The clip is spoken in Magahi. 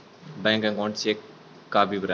बैक अकाउंट चेक का विवरण?